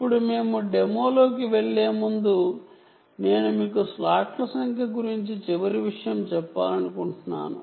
ఇప్పుడు మేము డెమోలలోకి వెళ్ళేముందు నేను మీకు స్లాట్ల సంఖ్య గురించి చివరి విషయం చెప్పాలనుకుంటున్నాను